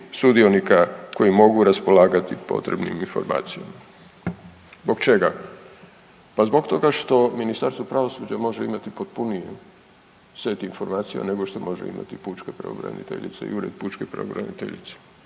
sudionika koji mogu raspolagati potrebnim informacijama. Zbog čega? Pa zbog toga što Ministarstvo pravosuđe može imati potpuniji set informacija nego što može imati pučka pravobraniteljica i Ured pučke pravobraniteljice.